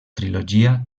trilogia